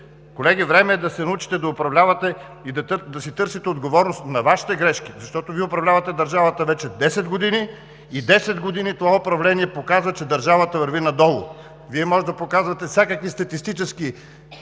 Колеги, време е да се научите да управлявате и да търсите отговорност на Вашите грешки, защото Вие управлявате вече държавата 10 години и 10 години това управление показва, че държавата върви надолу. Вие можете да показвате всякакви статистически